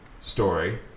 Story